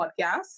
podcast